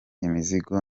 imizigo